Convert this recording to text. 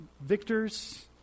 victors